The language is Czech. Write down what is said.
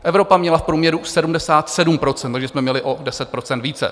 Evropa měla v průměru 77 %, takže jsme měli o 10 % více.